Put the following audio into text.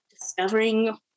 discovering